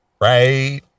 Right